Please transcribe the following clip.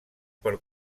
per